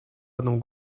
одном